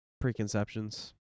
preconceptions